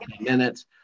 minutes